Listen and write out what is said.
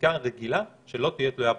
בחקיקה רגילה שלא תהיה תלויה בהכרזה.